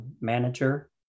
manager